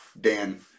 Dan